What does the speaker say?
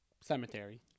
cemetery